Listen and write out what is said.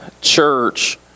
church